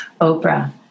Oprah